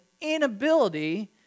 inability